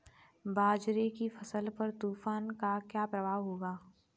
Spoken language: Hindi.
बाजरे की फसल पर तूफान का क्या प्रभाव होगा?